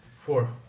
Four